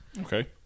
Okay